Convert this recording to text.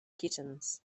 kittens